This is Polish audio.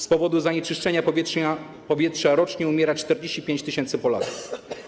Z powodu zanieczyszczenia powietrza rocznie umiera 45 tys. Polaków.